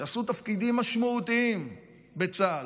שעשו תפקידים משמעותיים בצה"ל,